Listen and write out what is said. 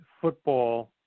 football